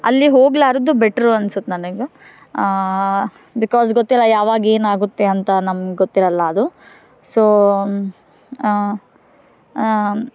ಅಲ್ಲಿ ಹೋಗ್ಬಾರ್ದು ಬೆಟ್ರು ಅನ್ಸುತ್ತೆ ನನಗೆ ಬಿಕೋಸ್ ಗೊತ್ತಿಲ್ಲ ಯಾವಾಗ ಏನಾಗುತ್ತೆ ಅಂತ ನಮ್ಗೆ ಗೊತ್ತಿರಲ್ಲ ಅದು ಸೋ ಆಂ ಆಂ